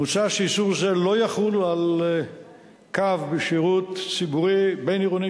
מוצע שאיסור זה לא יחול על קו בשירות ציבורי בין-עירוני